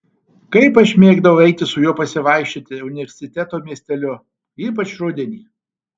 kaip aš mėgdavau eiti su juo pasivaikščioti universiteto miesteliu ypač rudenį